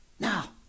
Now